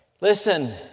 Listen